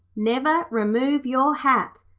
never remove your hat.